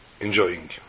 enjoying